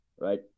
right